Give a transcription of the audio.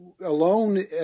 alone